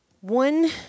one